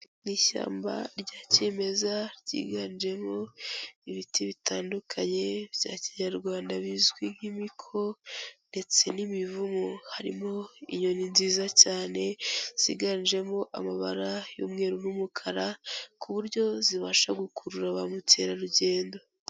Mu ishyamba rya kimeza ryiganjemo ibiti bitandukanye bya kinyarwanda bizwi nk'imiko, ndetse n'imivumu, harimo inyoni nziza cyane ziganjemo amabara y'umweru n'umukara ku buryo zibasha gukurura ba mukerarugendo.